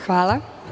Hvala.